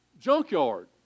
junkyard